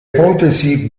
ipotesi